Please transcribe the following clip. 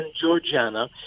Georgiana